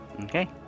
Okay